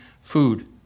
food